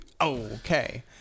Okay